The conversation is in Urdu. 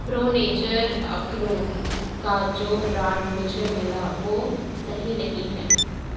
پرو نیچر اخروٹ کا جو برانڈ مجھے ملا وہ صحیح نہیں ہے